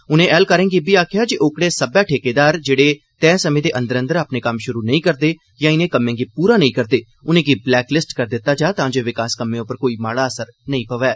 उनें ऐह्लकारें गी इब्बी आखेआ जे ओकड़े सब्बै ठेकेदार जेह्ड़े तैय समें दे अंदर अंदर अपने कम्म शुरु नेई करदे यां इनें कम्में गी पूरे नेई करदे उनें'गी ब्लैकलिस्ट करी दित्ता जा तांजे विकास कम्में पर माड़ा असर नेई पवै